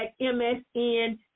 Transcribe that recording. msn